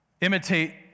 Imitate